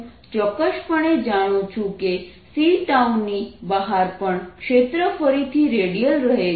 હું ચોક્કસપણે જાણું છું કે c ની બહાર પણ ક્ષેત્ર ફરીથી રેડિયલ રહે છે